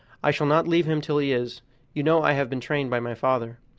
i shall not leave him till he is you know i have been trained by my father.